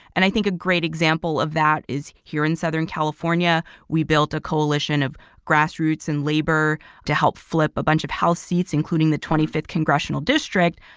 and i think a great example of that is here in southern california, we built a coalition of grassroots and labor to help flip a bunch of house seats, including the twenty fifth congressional district.